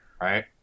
right